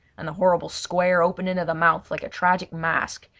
and the horrible square opening of the mouth like a tragic mask,